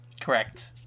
Correct